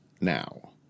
now